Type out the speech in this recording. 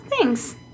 Thanks